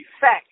fact